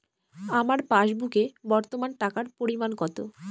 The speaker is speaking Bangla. আমার পাসবুকে বর্তমান টাকার পরিমাণ কত?